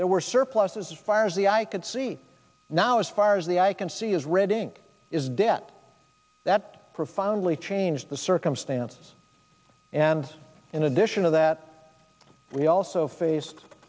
there were surpluses fires the eye could see now as far as the eye can see is red ink is debt that profoundly changed the circumstance and in addition to that we also face